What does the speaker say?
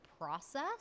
process